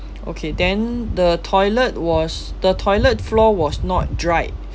okay then the toilet was the toilet floor was not dried